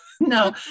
No